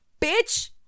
bitch